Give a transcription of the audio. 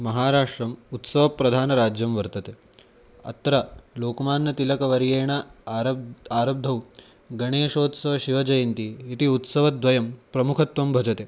महाराष्ट्रम् उत्सवप्रधानराज्यं वर्तते अत्र लोकमान्यतिलकवर्येण आरब्धः आरब्धौ गणेशोत्सवशिवजयन्ती इति उत्सवद्वयं प्रमुखत्वं भजते